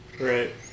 Right